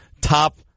top